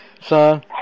son